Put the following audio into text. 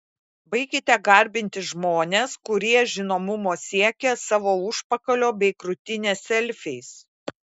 baikite garbinti žmones kurie žinomumo siekia savo užpakalio bei krūtinės selfiais